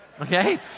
okay